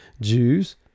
Jews